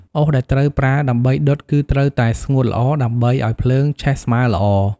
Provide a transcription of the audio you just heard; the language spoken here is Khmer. អុសដែលត្រូវប្រើដើម្បីដុតគឺត្រូវតែស្ងួតល្អ ដើម្បីឱ្យភ្លើងឆេះស្មើល្អ។